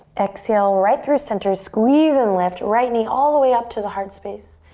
exhale, right through center, squeeze and lift. right knee all the way up to the heart space.